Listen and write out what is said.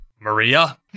Maria